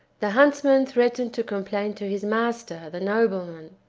the huntsman threatened to complain to his master, the nobleman.